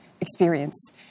experience